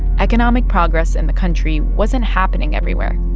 economic progress in the country wasn't happening everywhere.